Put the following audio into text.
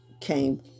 came